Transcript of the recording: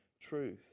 truth